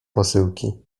posyłki